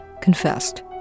confessed